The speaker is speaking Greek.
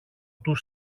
του